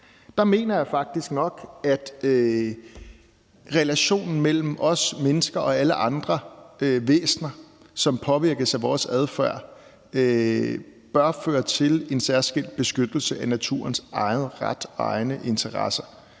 mener jeg faktisk, at relationen mellem os mennesker og alle andre væsner, som påvirkes af vores adfærd, bør føre til en særskilt beskyttelse af naturens egen ret og egne interesser